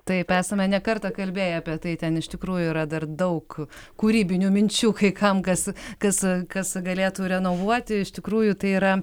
taip esame ne kartą kalbėję apie tai ten iš tikrųjų yra dar daug kūrybinių minčių kai kam kas kas kas galėtų renovuoti iš tikrųjų tai yra